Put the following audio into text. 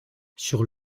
sur